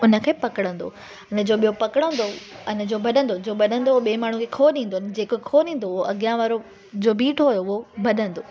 उन खे पकिड़ंदो अने जो ॿियो पकिड़ंदो अने जो भॼंदो जो भॼंदो उहो ॿिए माण्हू खे खो ॾींदो जेको खो ॾींदो उहो अॻियां वारो जो बीठो हुओ उहो भॼंदो